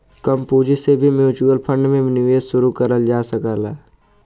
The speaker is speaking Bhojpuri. कम पूंजी से भी म्यूच्यूअल फण्ड में निवेश शुरू करल जा सकला